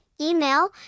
email